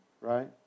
right